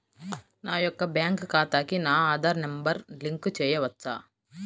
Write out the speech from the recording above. నా యొక్క బ్యాంక్ ఖాతాకి నా ఆధార్ నంబర్ లింక్ చేయవచ్చా?